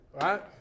right